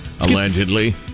Allegedly